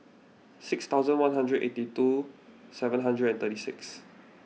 six thousand one hundred and eighty two seven hundred and thirty six